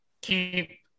keep